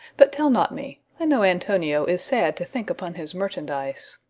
but tell not me i know antonio is sad to think upon his merchandise.